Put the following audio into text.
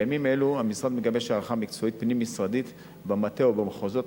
בימים אלו המשרד מגבש הערכה מקצועית פנים-משרדית במטה ובמחוזות,